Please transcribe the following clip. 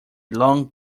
long